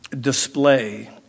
display